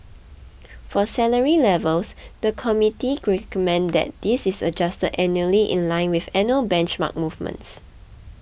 for salary levels the committee recommended that this is adjusted annually in line with annual benchmark movements